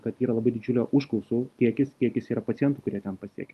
kad yra labai didžiulė užklausų kiekis kiekis yra pacientų kurie ten pasiekė